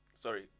Sorry